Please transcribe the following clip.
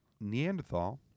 Neanderthal